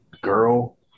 girl